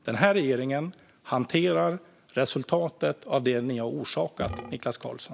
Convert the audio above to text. Den här regeringen hanterar resultatet av det ni har orsakat, Niklas Karlsson!